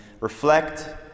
reflect